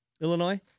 Illinois